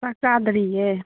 ꯆꯥꯛ ꯆꯥꯗꯔꯤꯌꯦ